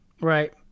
Right